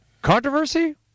Controversy